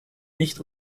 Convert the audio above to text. nicht